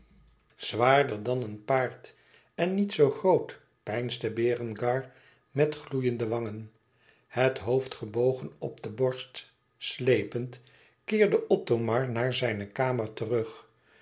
zwaarder dan een paard en niet zoo groot peinsde berengar met gloeiende wangen het hoofd gebogen op de borst slepend keerde othomar naar zijne kamer terug